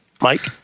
Mike